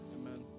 amen